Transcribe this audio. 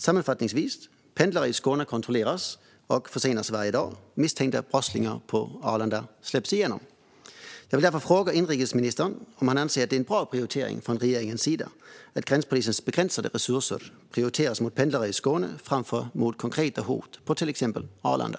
Sammanfattningsvis: Pendlare i Skåne kontrolleras och försenas varje dag. Misstänkta brottslingar på Arlanda släpps igenom. Jag vill därför fråga inrikesministern om han anser att det är en bra prioritering från regeringens sida att gränspolisen med sina begränsade resurser ska prioritera pendlare i Skåne framför konkreta hot på till exempel Arlanda.